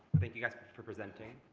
thank you, guys, for presenting.